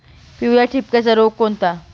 पिवळ्या ठिपक्याचा रोग कोणता?